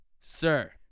sir